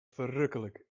verrukkelijk